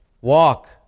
walk